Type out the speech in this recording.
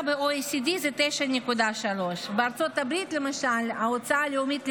ב-OECD זה 9.3%. בארצות הברית למשל ההוצאה הלאומית על